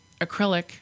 acrylic